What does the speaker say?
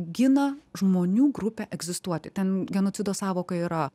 gina žmonių grupę egzistuoti ten genocido sąvoka yra